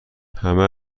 همه